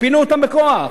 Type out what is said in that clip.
פינו אותם בכוח.